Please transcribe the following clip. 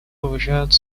уважать